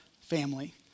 family